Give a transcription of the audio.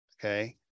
okay